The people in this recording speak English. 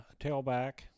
tailback